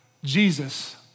Jesus